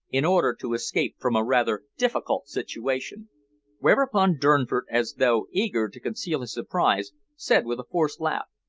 in order to escape from a rather difficult situation whereupon durnford, as though eager to conceal his surprise, said with a forced laugh,